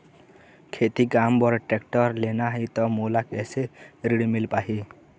खेती काम बर टेक्टर लेना ही त मोला कैसे ऋण मिल पाही?